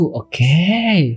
okay